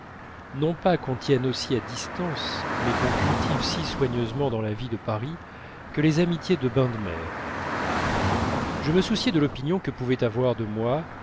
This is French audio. non pas qu'on tienne aussi à distance mais qu'on cultive si soigneusement dans la vie de paris que les amitiés de bains de mer je me souciais de l'opinion que pouvaient avoir de moi